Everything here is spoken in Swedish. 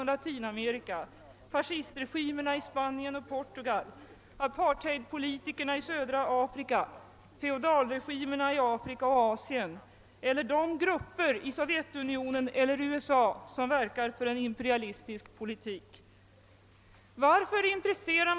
och Latinamerika, fascistregimerna i. Spanien och Portugal, apartheidpolitikerna i södra Afrika, feodalregimerna i Afrika och Asien eller de grupper. i Sovjetunionen och USA som verkar för en imperialistisk politik. baler |; Varför intresserar.